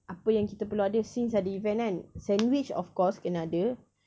apa yang kita perlu ada since ada event kan sandwich of course kena ada